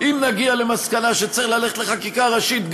אם נגיע למסקנה שצריך ללכת לחקיקה ראשית,